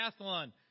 triathlon